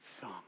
song